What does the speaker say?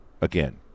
again